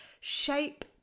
shape